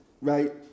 right